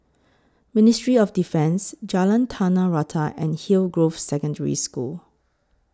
Ministry of Defence Jalan Tanah Rata and Hillgrove Secondary School